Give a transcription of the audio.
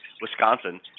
Wisconsin